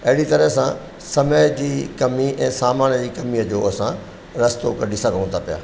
अहिड़ी तरह सां समय जी कमी ऐं सामान जी कमीअ जो असां रस्तो कढी सघूं था पिया